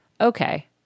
okay